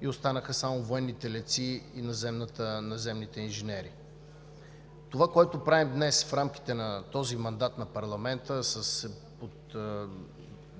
и останаха само военните летци и наземните инженери. Това, което правим днес в рамките на този мандат на парламента под